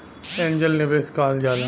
angel निवेस कहल जाला